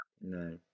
no